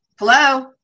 Hello